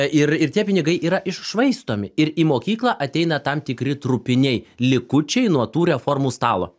ir ir tie pinigai yra iššvaistomi ir į mokyklą ateina tam tikri trupiniai likučiai nuo tų reformų stalo